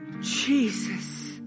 Jesus